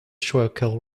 schuylkill